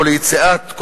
או ליציאת,